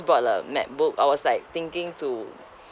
bought a macbook I was like thinking to